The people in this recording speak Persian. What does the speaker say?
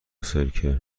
سرکه